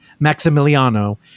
Maximiliano